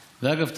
אגב,